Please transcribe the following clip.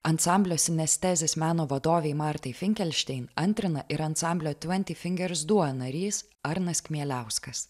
ansamblio sinestezės meno vadovei martai finkelštein antrina ir ansamblio tventi fingerz duo narys arnas kmieliauskas